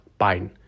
Biden